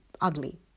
ugly